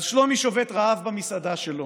אז שלומי שובת רעב במסעדה שלו,